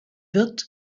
wird